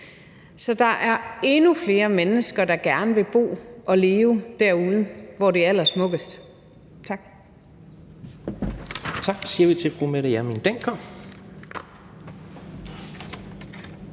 så der er endnu flere mennesker, der gerne vil bo og leve derude, hvor det er allersmukkest. Tak.